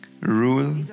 rule